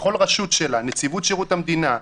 וכל רשות שלה: נציבות שירות המדינה,